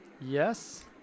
Yes